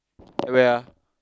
at where